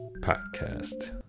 podcast